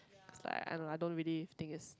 like I don't I don't really think it's